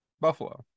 Buffalo